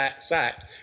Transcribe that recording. sacked